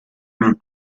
nel